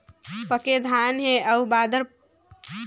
पके धान हे अउ बादर पानी करही त मोर धान के खेती कइसे प्रभावित होही?